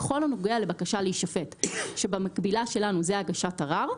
בכל הנוגע לבקשה להישפט שבמקבילה שלנו זאת הגשת ערר,